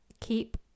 keep